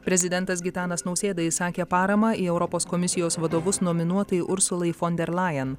prezidentas gitanas nausėda išsakė paramą į europos komisijos vadovus nominuotai ursulai fon der lajen